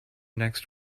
next